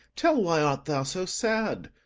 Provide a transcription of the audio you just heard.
tell why art thou so sad?